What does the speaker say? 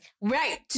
Right